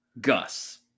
Gus